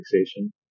fixation